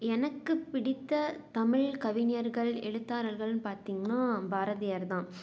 எனக்கு பிடித்த தமிழ் கவிஞர்கள் எழுத்தாளர்கள்னு பார்த்தீங்னா பாரதியார்தான்